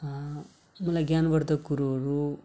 मलाई ज्ञानवर्धक कुरोहरू